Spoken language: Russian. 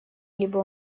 либо